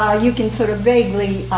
ah you can sort of vaguely